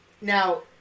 Now